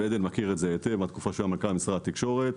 שם יש תחרות